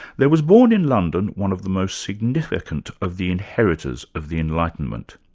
there was born in london one of the most significant of the inheritors of the enlightenment.